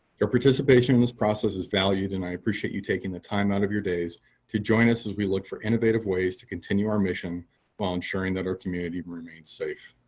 your participation in this process is valued, and i appreciate you taking the time out of your days to join us as we look for innovative ways to continue our mission while ensuring that our community remains safe.